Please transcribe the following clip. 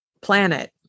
planet